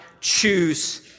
choose